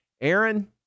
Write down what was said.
Aaron